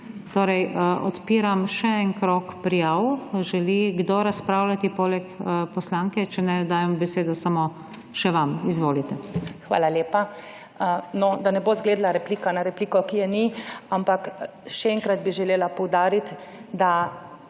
Torej, odpiram še en krog prijav. Želi kdo razpravljati poleg poslanke? Če ne, dajem besedo samo še vam. Izvolite. **ANDREJA ŽIVIC (PS Svoboda):** Hvala lepa. No, da ne bo zgledala replika na repliko, ki je ni, ampak še enkrat bi želela poudariti, da